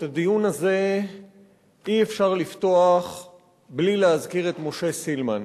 את הדיון הזה אי-אפשר לפתוח בלי להזכיר את משה סילמן.